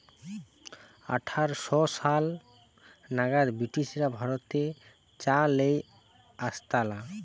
আঠার শ সাল নাগাদ ব্রিটিশরা ভারতে চা লেই আসতালা